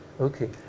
Okay